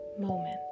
moment